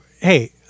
hey